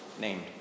named